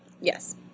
Yes